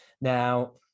Now